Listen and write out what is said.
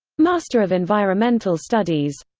master of environmental studies